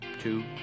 two